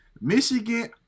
Michigan